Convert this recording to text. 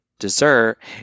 Dessert